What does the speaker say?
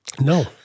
no